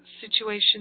situation